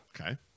Okay